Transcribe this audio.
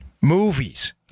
movies